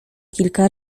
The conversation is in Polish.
kilka